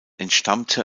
entstammte